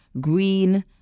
green